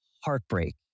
heartbreak